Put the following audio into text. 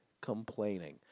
complaining